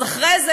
אז אחרי זה,